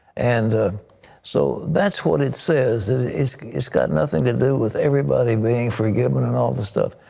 and ah so that's what it says. it's it's got nothing to do with everybody being forgiven and all the stuff.